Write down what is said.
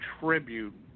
tribute